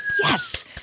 yes